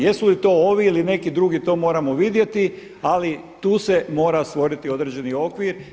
Jesu li to ovi ili neki drugi to moramo vidjeti, ali tu se mora stvoriti određeni okvir.